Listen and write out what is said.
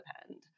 depend